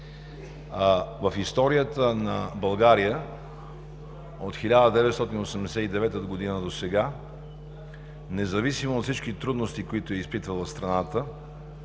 В историята на България от 1989 година досега, независимо от всички трудности, които е изпитвала страната,